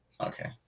Okay